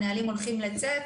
הנהלים הולכים לצאת